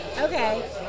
Okay